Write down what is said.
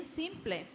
simple